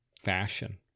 fashion